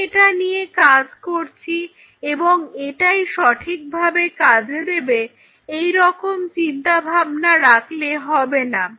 আমি এটা নিয়ে কাজ করছি এবং এটাই সঠিক ভাবে কাজে দেবে এইরকম চিন্তাভাবনা রাখলে হবে না